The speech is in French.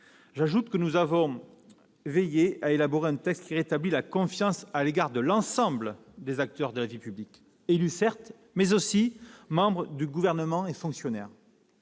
J'ajoute que nous avons veillé à élaborer un texte qui rétablisse la confiance à l'égard de l'ensemble des acteurs de la vie publique : élus, certes, mais aussi membres du Gouvernement et fonctionnaires.